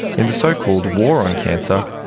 in the so-called war on cancer,